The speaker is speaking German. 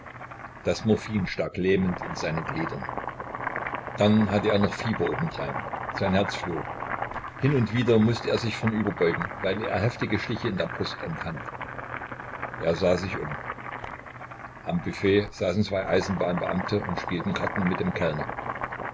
das morphin stak lähmend in seinen gliedern dann hatte er noch fieber obendrein sein herz flog hin und wieder mußte er sich vornüberbeugen weil er heftige stiche in der brust empfand er sah sich um am büffet saßen zwei eisenbahnbeamte und spielten karten mit dem kellner